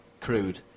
crude